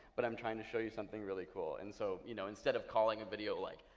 but i'm trying to show you something really cool. and so you know instead of calling a video, like,